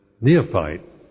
neophyte